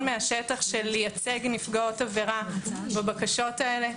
מהשטח של לייצג נפגעות עבירה בבקשות האלה.